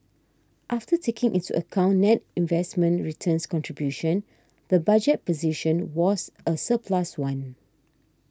after taking into account net investment returns contribution the budget position was a surplus one